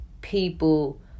people